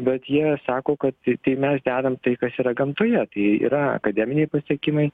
bet jie sako kad tai mes dedam tai kas yra gamtoje tai yra akademiniai pasiekimai